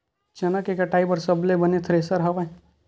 चना के कटाई बर सबले बने थ्रेसर हवय?